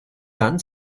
dann